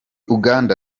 uganda